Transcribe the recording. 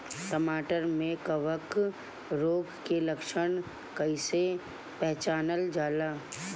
टमाटर मे कवक रोग के लक्षण कइसे पहचानल जाला?